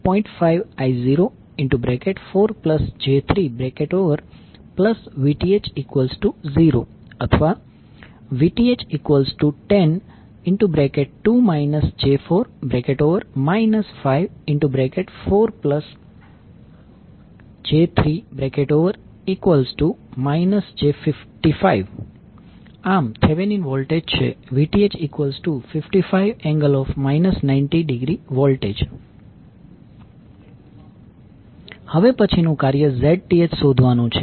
5I04j3VTh0 અથવા VTh102 j4 54j3 j55 આમ Thevenin voltage છે VTh55∠ 90V હવે પછીનું કાર્ય Zth શોધવાનું છે